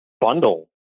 bundle